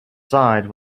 side